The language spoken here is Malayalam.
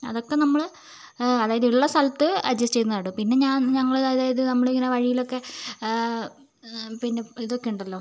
അതൊക്കെ നമ്മള് അതായത് ഉള്ള സ്ഥലത്ത് അഡ്ജസ്റ്റ് ചെയ്ത് നടും പിന്നെ ഞാൻ ഞങ്ങള് അതായത് നമ്മളിങ്ങനെ വഴിയിലൊക്കെ പിന്നെ ഇതൊക്കെയുണ്ടല്ലോ